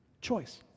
Choice